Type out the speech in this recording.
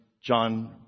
John